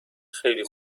خیلی